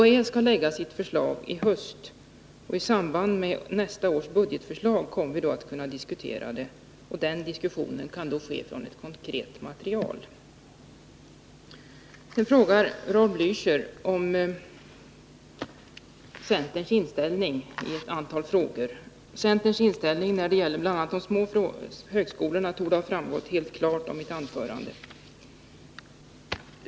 UHÄ skall lägga fram sitt förslag i höst, och det kommer vi att diskutera i samband med nästa års budgetförslag, då vi alltså har ett konkret material att utgå ifrån. Nu frågar Raul Blächer om centerns inställning i ett antal frågor. Vilken centerns inställning är när det gäller bl.a. de små högskolorna torde mycket klart ha framgått av mitt huvudanförande.